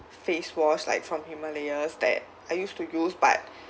face wash like from Himalayas that I used to use but